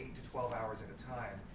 to twelve hours at a time.